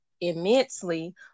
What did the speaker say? immensely